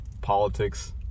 politics